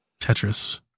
Tetris